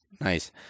nice